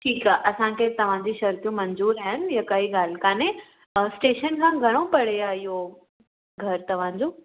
ठीकु आहे असांखे तव्हांजूं शर्तूं मंज़ूरु आहिनि इहो काई ॻाल्हि कान्हे ऐं स्टेशन खां घणो परे आहे इहो घरु तव्हांजो